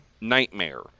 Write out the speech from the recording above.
Nightmare